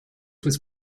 was